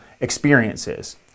experiences